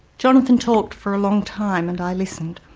jonathan talked for long time, and i listened.